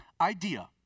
idea